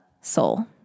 soul